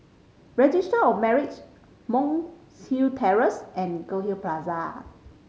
Registry of Marriage Monk's Hill Terrace and Goldhill Plaza